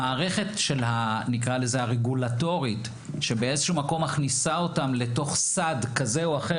המערכת הרגולטורית שבאיזשהו מקום מכניסה אותם לתוך סד כזה או אחר,